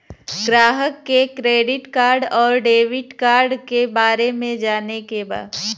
ग्राहक के credit card और डेविड कार्ड के बारे में जाने के बा?